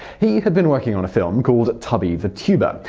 he had been working on a film called tubby the tuba.